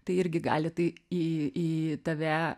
tai irgi gali tai į į tave